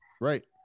right